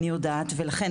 אני יודעת ולכן,